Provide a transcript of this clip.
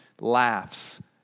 laughs